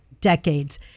decades